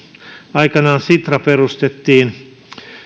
aikanaan sitra perustettiin